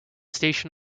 station